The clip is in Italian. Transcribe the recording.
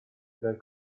del